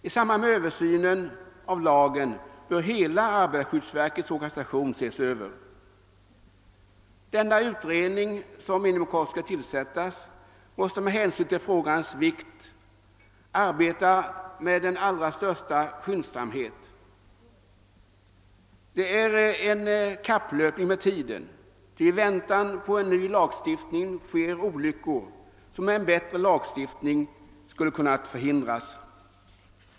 I samband med översynen av lagen bör hela arbetarskyddsverkets organisation ses över. Denna utredning som inom kort skall tillsättas måste med hänsyn till frågans vikt arbeta med den allra största skyndsamhet. Det är en kapplöpning med tiden, ty i väntan på en ny lagstiftning inträffar olyckor som med en bättre lagstiftning skulle ha kunnat förhindras.